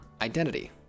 identity